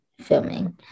filming